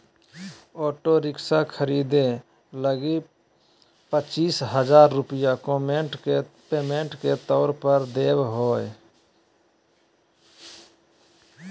auto rickshaw खरीदे लगी पचीस हजार रूपया पेमेंट के तौर पर देवे होतय